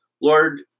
Lord